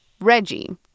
Reggie